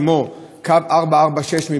כמו אוטובוס בקו 446,